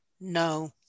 no